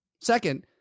Second